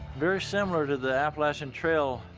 very similar to the appalachian trail,